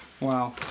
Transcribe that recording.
Wow